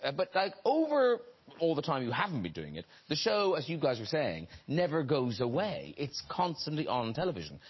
ah but like over all the time you haven't been doing it the show, as you guys were saying, never goes away it's constantly on television.